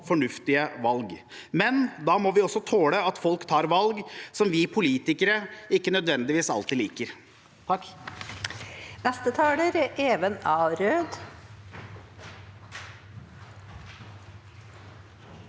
fornuftige valg. Da må vi også tåle at folk tar valg som vi politikere ikke nødvendigvis alltid liker.